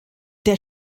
der